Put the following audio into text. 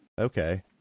Okay